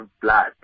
blood